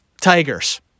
Tigers